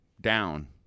down